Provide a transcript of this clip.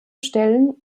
stellen